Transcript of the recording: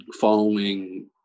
following